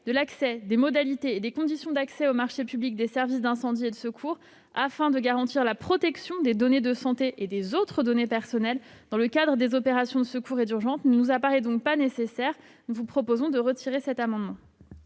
de l'accès des modalités et des conditions d'accès aux marchés publics des SDIS, afin de garantir la protection des données de santé et des autres données personnelles dans le cadre des opérations de secours et d'urgence, ne nous apparaît donc pas nécessaire. Je vous propose donc de retirer cet amendement.